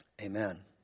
Amen